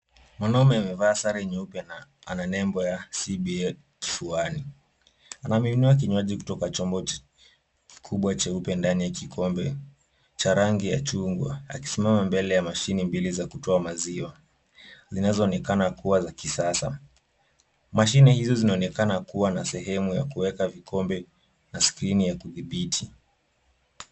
Mwanaume amevaa sare nyeupe na ana nembo CBA kifuani. Anamiminiwa kinywaji kutoka chombo kikubwa cheupe ndani ya kikombe cha rangi ya chungwa akisimama mbele ya mashini mbili za kutoa maziwa zinazoonekana kuwa za kisasa. Mashine hizo zinaonekana kuwa na sehemu ya kuweka vikombe na skrini ya kudhibiti.